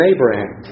Abraham